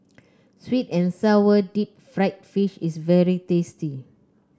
sweet and sour Deep Fried Fish is very tasty